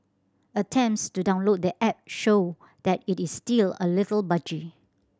attempts to download the app show that it is still a little buggy